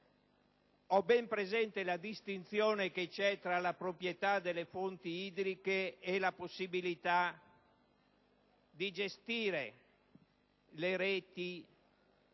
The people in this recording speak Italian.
ho ben presente la distinzione esistente tra la proprietà delle fonti idriche e la possibilità di gestire reti che